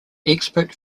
expert